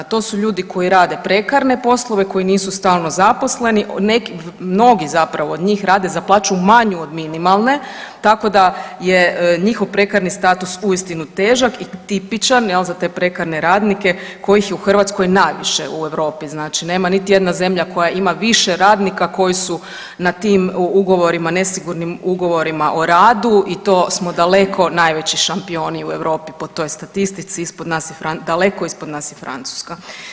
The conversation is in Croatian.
To su ljudi koji rade prekarne poslove, koji nisu stalno zaposleni, neki, mnogi zapravo od njih rade za plaću manju od minimalne, tako da je njihov prekarni status uistinu težak i tipičan jel za te prekarne radnike kojih je u Hrvatskoj najviše u Europi, znači nema niti jedna zemlja koja ima više radnika koji su na tim ugovorima, nesigurnim ugovorima o radu i to smo daleko najveći šampioni u Europi po toj statistici, ispod nas je, daleko ispod nas je Francuska.